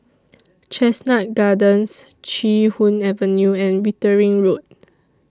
Chestnut Gardens Chee Hoon Avenue and Wittering Road